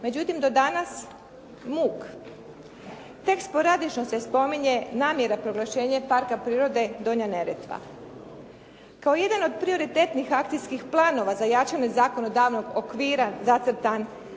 Međutim do danas muk. Tek sporadično se spominje namjera proglašenja parka prirode Donja Neretva. Kao jedan od prioritetnih akcijskih planova za jačanje zakonodavnog okvira zacrtan